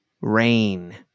Rain